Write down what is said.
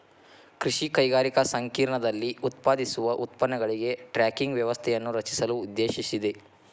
ಕೃಷಿ ಕೈಗಾರಿಕಾ ಸಂಕೇರ್ಣದಲ್ಲಿ ಉತ್ಪಾದಿಸುವ ಉತ್ಪನ್ನಗಳಿಗೆ ಟ್ರ್ಯಾಕಿಂಗ್ ವ್ಯವಸ್ಥೆಯನ್ನು ರಚಿಸಲು ಉದ್ದೇಶಿಸಿದೆ